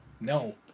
No